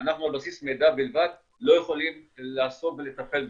אנחנו על בסיס מידע בלבד לא יכולים לעסוק ולטפל בזה.